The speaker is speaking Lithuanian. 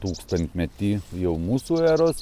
tūkstantmetį jau mūsų eros